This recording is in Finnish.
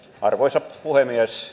arvoisa puhemies